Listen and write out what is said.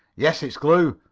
yes, it's glue,